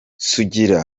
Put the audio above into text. sugira